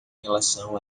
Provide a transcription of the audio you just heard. relação